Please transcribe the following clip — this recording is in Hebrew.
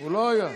הוא לא היה.